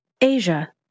Asia